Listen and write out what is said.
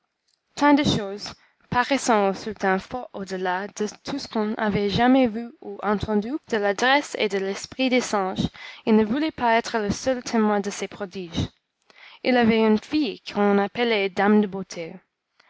tant de choses paraissant au sultan fort au-delà de tout ce qu'on avait jamais vu ou entendu de l'adresse et de l'esprit des singes il ne voulait pas être le seul témoin de ces prodiges il avait une fille qu'on appelait dame de beauté